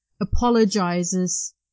apologizes